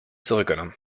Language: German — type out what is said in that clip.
zurückgenommen